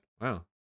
Wow